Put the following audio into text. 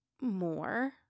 more